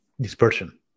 dispersion